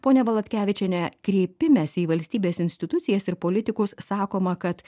ponia valatkevičiene kreipimesi į valstybės institucijas ir politikus sakoma kad